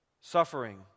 Suffering